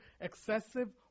excessive